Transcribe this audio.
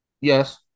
Yes